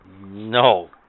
No